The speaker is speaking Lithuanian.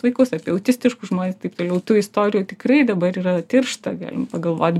vaikus apie autistiškus žmones taip toliau tų istorijų tikrai dabar yra tiršta galim pagalvot